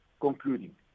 concluding